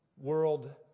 world